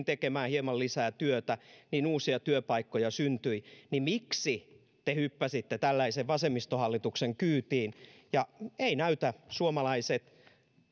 tekemään hieman lisää työtä ja uusia työpaikkoja syntyi niin miksi te hyppäsitte tällaisen vasemmistohallituksen kyytiin eivät näytä suomalaiset